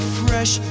fresh